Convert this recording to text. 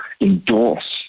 endorse